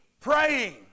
praying